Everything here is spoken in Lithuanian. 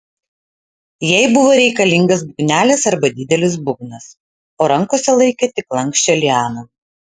jai buvo reikalingas būgnelis arba didelis būgnas o rankose laikė tik lanksčią lianą